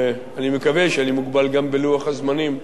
אני מקווה שאני מוגבל גם בלוח הזמנים.